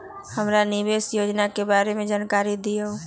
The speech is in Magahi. हमरा निवेस योजना के बारे में जानकारी दीउ?